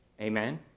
Amen